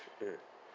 mmhmm